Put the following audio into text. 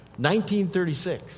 1936